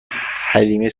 حلیمه